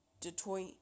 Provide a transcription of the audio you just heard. Detroit